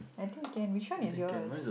I think can which one is yours